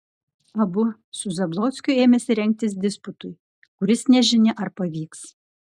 abu su zablockiu ėmėsi rengtis disputui kuris nežinia ar pavyks